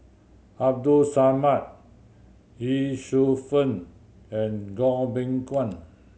Abdul Samad Ye Shufang and Goh Beng Kwan